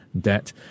debt